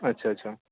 अच्छा अच्छा